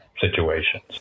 situations